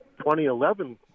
2011